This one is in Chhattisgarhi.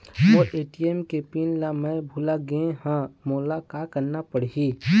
मोर ए.टी.एम के पिन मैं भुला गैर ह, मोला का करना पढ़ही?